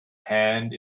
hand